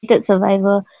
survivor